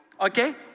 Okay